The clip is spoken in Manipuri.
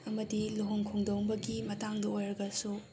ꯑꯃꯗꯤ ꯂꯨꯍꯣꯡ ꯈꯣꯡꯗꯣꯡꯕꯒꯤ ꯃꯇꯥꯡꯗ ꯑꯣꯏꯔꯒꯁꯨ